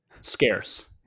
scarce